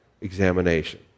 examination